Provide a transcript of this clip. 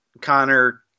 Connor